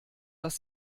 das